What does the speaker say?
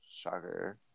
Shocker